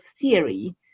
theory